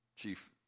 Chief